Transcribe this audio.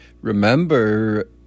Remember